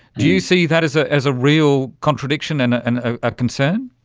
do you see that as ah as a real contradiction and and a concern?